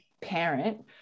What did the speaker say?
parent